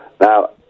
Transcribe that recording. Now